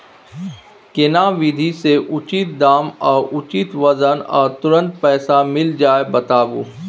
केना विधी से उचित दाम आ उचित वजन आ तुरंत पैसा मिल जाय बताबू?